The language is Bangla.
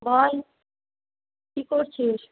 বল কি করছিস